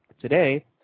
Today